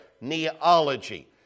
neology